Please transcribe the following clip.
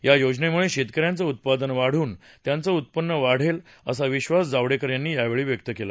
या योजनेम्ळे शेतकऱ्यांचं उत्पादन वाढून त्यांचं उत्पन्न वाढेल असा विश्वास जावडेकर यांनी यावेळी व्यक्त केला